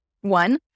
one